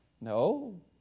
no